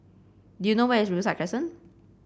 do you know where is Riverside Crescent